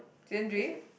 season three